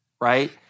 right